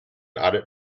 audit